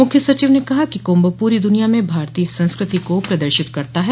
मुख्य सचिव ने कहा कि कुंभ प्री दुनिया में भारतीय संस्कृति को प्रदर्शित करता है